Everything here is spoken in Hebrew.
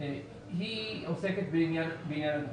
עוסקת בעניין....